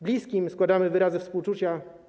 Bliskim składamy wyrazy współczucia.